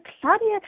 Claudia